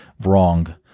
wrong